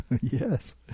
Yes